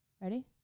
Ready